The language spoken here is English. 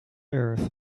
earth